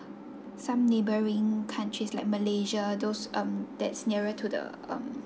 some neighbouring countries like malaysia those um that's nearer to the um